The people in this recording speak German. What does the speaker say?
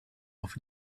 auf